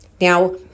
Now